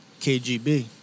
KGB